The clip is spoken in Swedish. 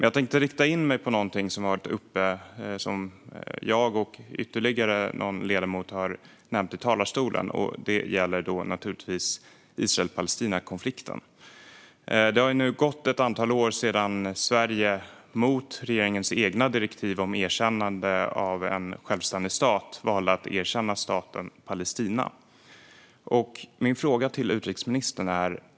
Jag tänkte dock rikta in mig på något som jag och ytterligare någon ledamot nämnde i talarstolen, nämligen Israel-Palestina-konflikten. Det har gått ett antal år sedan Sverige, mot regeringens egna direktiv om erkännande av en självständig stat, valde att erkänna staten Palestina.